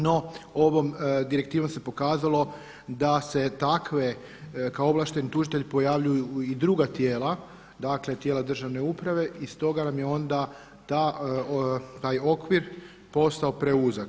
No, ovom direktivom se pokazalo da se takve kao ovlašten tužitelj pojavljuju i druga tijela, dakle tijela državne uprave i stoga nam je onda taj okvir postao preuzak.